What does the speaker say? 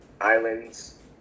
islands